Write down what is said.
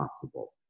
possible